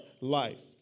life